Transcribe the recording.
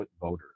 voters